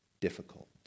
difficult